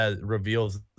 reveals